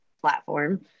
platform